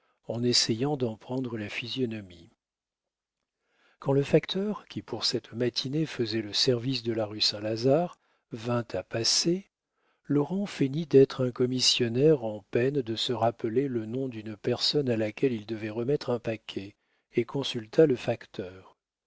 en essayant d'en prendre la physionomie quand le facteur qui pour cette matinée faisait le service de la rue saint-lazare vint à passer laurent feignit d'être un commissionnaire en peine de se rappeler le nom d'une personne à laquelle il devait remettre un paquet et consulta le facteur